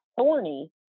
thorny